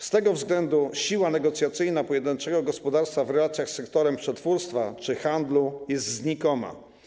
Z tego względu siła negocjacyjna pojedynczego gospodarstwa w relacjach z sektorem przetwórstwa czy handlu jest znikoma.